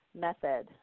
method